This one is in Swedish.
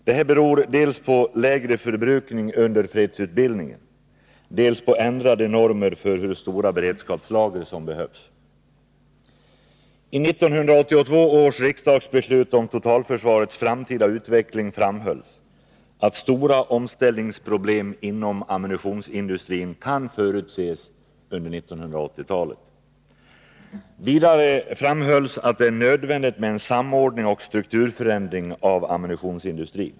Detta beror dels på lägre förbrukning under 73 fredsutbildningen, dels på ändrade normer för hur stora beredskapslager som behövs. 11982 års riksdagsbeslut om totalförsvarets framtida utveckling framhölls att stora omställningsproblem inom ammunitionsindustrin kan förutses under 1980-talet. Vidare framhölls att det är nödvändigt med en samordning och strukturförändring av ammunitionsindustrin.